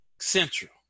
central